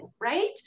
right